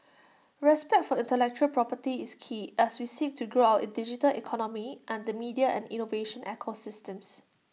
respect for intellectual property is key as we seek to grow our digital economy and the media and innovation ecosystems